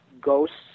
ghosts